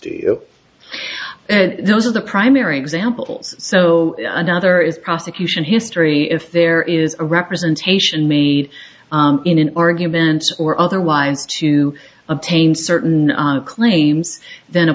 issues those are the primary examples so another is prosecution history if there is a representation made in an argument or otherwise to obtain certain claims then a